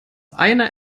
einer